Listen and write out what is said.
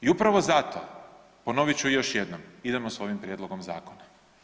I upravo zato, ponovit ću još jednom, idemo s ovim prijedlogom zakona.